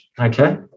okay